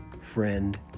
friend